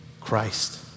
Christ